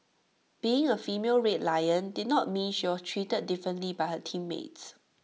being A female red lion did not mean she was treated differently by her teammates